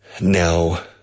Now